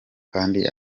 kandi